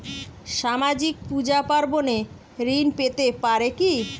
সামাজিক পূজা পার্বণে ঋণ পেতে পারে কি?